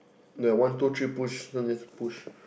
that one two three push so just push